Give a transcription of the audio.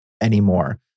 anymore